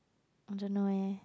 I don't know eh